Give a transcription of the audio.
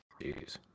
Jeez